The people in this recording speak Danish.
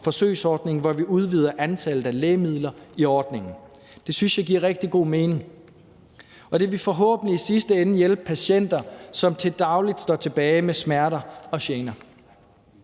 forsøgsordning, hvor vi udvider antallet af lægemidler i ordningen. Det synes jeg giver rigtig god mening, og det vil forhåbentlig i sidste ende hjælpe patienter, som til daglig står tilbage med smerter og gener.